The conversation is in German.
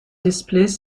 displays